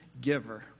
giver